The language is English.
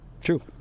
True